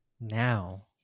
now